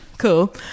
cool